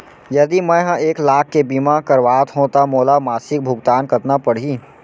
यदि मैं ह एक लाख के बीमा करवात हो त मोला मासिक भुगतान कतना पड़ही?